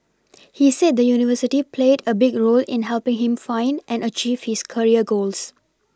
he said the university played a big role in helPing him find and achieve his career goals